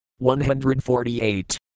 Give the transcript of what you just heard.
148